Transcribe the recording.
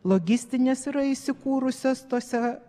logistinės yra įsikūrusios tose